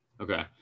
Okay